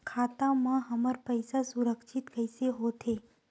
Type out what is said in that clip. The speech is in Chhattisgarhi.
खाता मा हमर पईसा सुरक्षित कइसे हो थे?